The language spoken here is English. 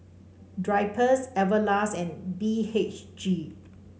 Drypers Everlast and B H G